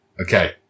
Okay